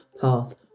Path